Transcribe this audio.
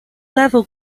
level